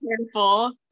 careful